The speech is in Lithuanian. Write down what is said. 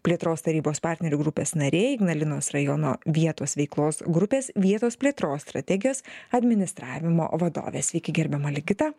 plėtros tarybos partnerių grupės narė ignalinos rajono vietos veiklos grupės vietos plėtros strategijos administravimo vadovė sveiki gerbiama ligita